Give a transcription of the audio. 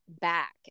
back